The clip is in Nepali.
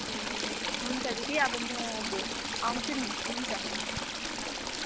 ए हुन्छ दिदी अब म भयो आउँछु नि हुन्छ हजुर